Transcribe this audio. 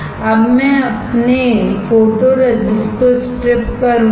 अब मैं अपने फोटोरेसिस्ट को स्ट्रिपकरूंगा